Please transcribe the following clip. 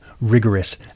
rigorous